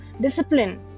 discipline